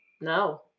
No